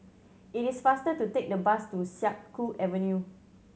it is faster to take the bus to Siak Kew Avenue